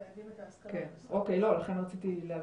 חייבים את ההסכמה --- כן, לכן רציתי להבין.